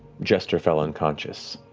jester fell unconscious.